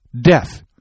death